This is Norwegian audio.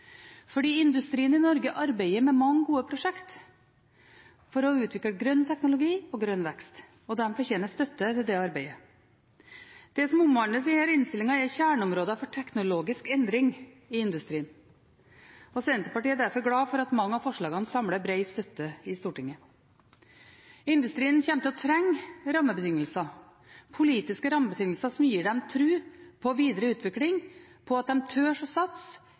fordi industrien i Norge arbeider med mange gode prosjekt for å utvikle grønn teknologi og grønn vekst, og de fortjener støtte til det arbeidet. Det som omhandles i denne innstillingen, er kjerneområder for teknologisk endring i industrien. Senterpartiet er derfor glad for at mange av forslagene samler brei støtte i Stortinget. Industrien kommer til å trenge rammebetingelser – politiske rammebetingelser som gir dem tro på videre utvikling, på at de tør å satse fra idé og